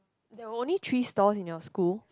there are only three stalls in your school